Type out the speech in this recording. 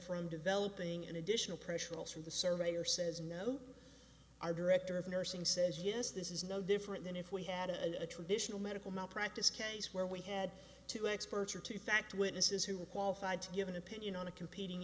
from developing an additional pressure or else from the surveyor says no our director of nursing says yes this is no different than if we had a traditional medical malpractise case where we had two experts or two fact witnesses who were qualified to give an opinion on a competing